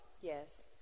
Yes